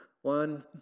One